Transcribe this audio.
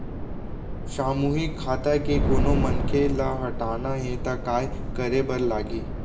सामूहिक खाता के कोनो मनखे ला हटाना हे ता काय करे बर लागही?